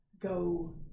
go